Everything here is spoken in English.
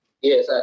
yes